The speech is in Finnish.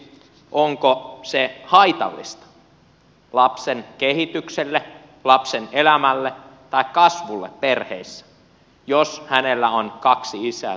onko se haitallista lapsen kehitykselle lapsen elämälle tai kasvulle perheessä jos hänellä on kaksi isää tai kaksi äitiä